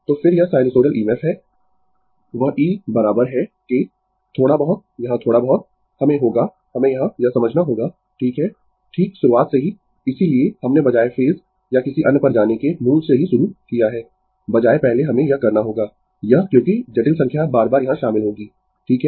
तो फिर यह साइनसोइडल EMF है वह E बराबर है के थोड़ा बहुत यहां थोड़ा बहुत हमें होगा हमें यहां यह समझना होगा ठीक है ठीक शुरुआत से ही इसीलिये हमने बजाय फेज या किसी अन्य पर जाने के मूल से ही शुरू किया है बजाय पहले हमें यह करना होगा यह क्योंकि जटिल संख्या बार बार यहाँ शामिल होंगीं ठीक है